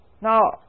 Now